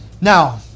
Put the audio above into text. Now